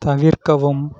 தவிர்க்கவும்